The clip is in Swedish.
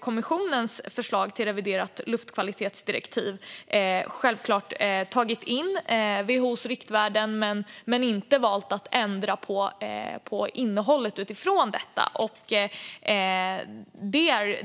Kommissionens förslag till reviderat luftkvalitetsdirektiv har självklart tagit in WHO:s riktvärden, men man har inte valt att ändra på innehållet utifrån detta.